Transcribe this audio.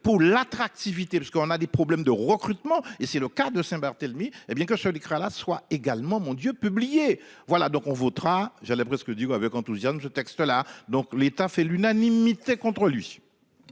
pour l'attractivité parce qu'on a des problèmes de recrutement et c'est le cas de Saint-Barthélemy. Eh bien que ce décret la soit également mon Dieu publié. Voilà donc on votera j'allais presque dire avec enthousiasme ce texte là donc. L'État fait l'unanimité contre lui.